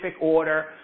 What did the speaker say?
order